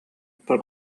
pel